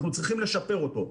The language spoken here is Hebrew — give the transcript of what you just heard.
אנחנו צריכים לשפר אותו.